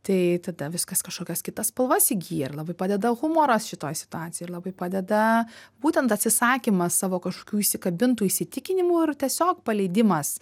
tai tada viskas kažkokias kitas spalvas įgyja ir labai padeda humoras šitoj situacijoj ir labai padeda būtent atsisakymas savo kažkokių įsikabintų įsitikinimų ir tiesiog paleidimas